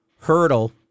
hurdle